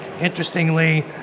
interestingly